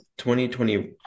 2020